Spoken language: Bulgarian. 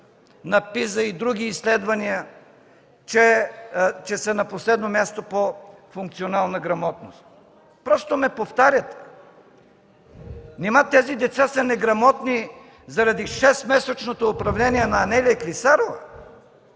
на PISA и други изследвания, че са на последно място по функционална грамотност? Просто ме повтаряте. Нима тези деца са неграмотни, заради шестмесечното управление на Анелия Клисарова?